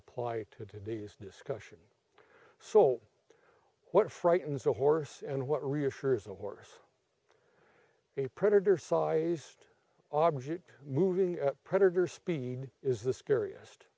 apply to today's discussion salt what frightens a horse and what reassures a horse a predator sized object moving predator speed is the scariest